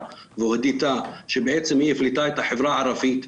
ואותתה שהיא בעצם הפלתה את החברה הערבית,